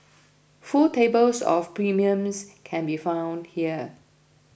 full tables of premiums can be found here